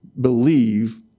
believe